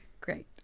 great